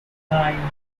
nine